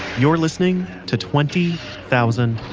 you're listening to twenty thousand